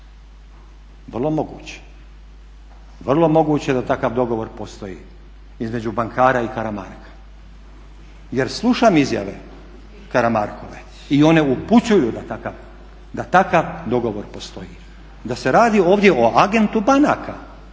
Vrlo moguće. Vrlo moguće da takav dogovor postoji između bankara i Karamarka jer slušam izjave Karamarkove i one upućuju da takav dogovor postoji, da se radi ovdje o agentu banaka